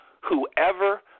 Whoever